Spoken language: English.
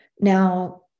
Now